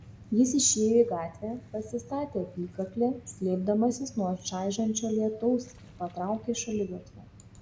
jis išėjo į gatvę pasistatė apykaklę slėpdamasis nuo čaižančio lietaus ir patraukė šaligatviu